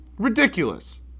Ridiculous